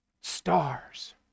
stars